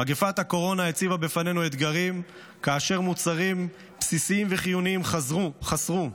מגפת הקורונה הציבה בפנינו אתגרים כאשר מוצרים בסיסיים וחיוניים חסרו,